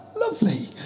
Lovely